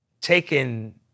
taken